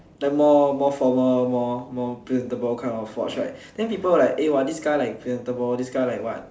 like that more formal more presentable kind of watch right then people will like hey this guy like presentable this guy like what